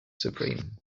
supreme